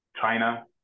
China